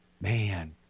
man